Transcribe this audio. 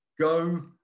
go